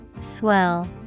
Swell